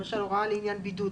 למשל הוראה לעניין בידוד.